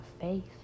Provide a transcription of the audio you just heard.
faith